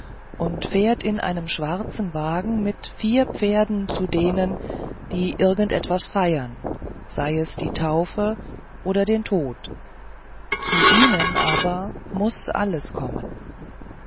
und fährt in einem schwarzen wagen mit vier pferden zu denen die irgend etwas feiern sei es die taufe oder den tod zu ihnen aber muß alles kommen